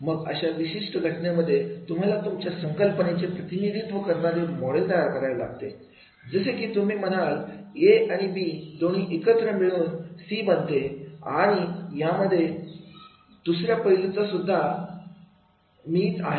मग अशा विशिष्ट घटनेमध्ये तुम्हाला तुमच्या संकल्पनेचे प्रतिनिधित्व करणारे मॉडेल तयार करावे लागेल जसे की तुम्ही म्हणाल ए आणि बी दोन्ही एकत्र मिळून सी बनते आणि यामध्ये दुसऱ्या पैलूंची सुद्धा मीच आहे